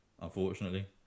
unfortunately